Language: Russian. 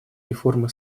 реформы